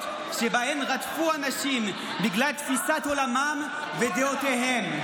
שבהן רדפו אנשים בגלל תפיסת עולמם ודעותיהם.